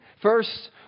First